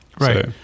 right